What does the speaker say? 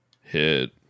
Hit